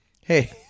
Hey